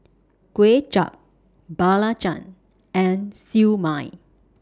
Kway Chap Belacan and Siew Mai